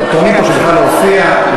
טוענים פה שבכלל לא הופיע.